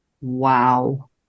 Wow